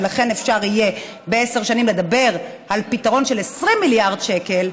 ולכן אפשר יהיה בעשר שנים לדבר על פתרון של 20 מיליארד שקל,